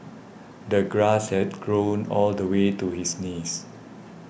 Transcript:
the grass had grown all the way to his knees